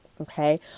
Okay